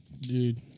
Dude